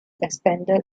expanded